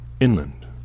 inland